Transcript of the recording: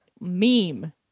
meme